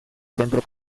centro